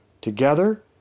together